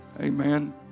Amen